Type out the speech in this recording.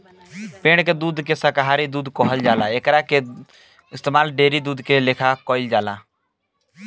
पेड़ के दूध के शाकाहारी दूध कहल जाला एकरा के इस्तमाल डेयरी दूध के लेखा कईल जाला